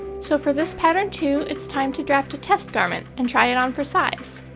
so for this pattern too, it's time to draft a test garment and try it on for size.